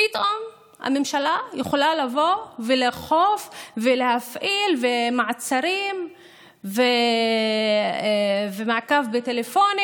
פתאום הממשלה יכולה לבוא ולאכוף ולהפעיל ומעצרים ומעקב בטלפונים,